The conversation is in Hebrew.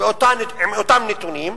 עם אותם נתונים,